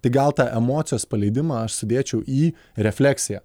tai gal tą emocijos paleidimą aš sudėčiau į refleksiją